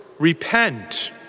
Repent